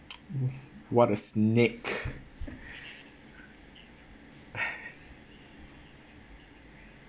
what a snake